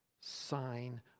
sign